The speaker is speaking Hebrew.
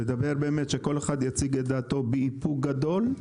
לדבר באמת שכל אחד יציג את דעתו באיפוק גדול,